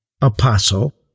apostle